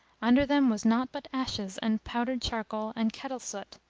under them was naught but ashes and powdered charcoal and kettle soot.